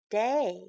day